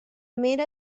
mera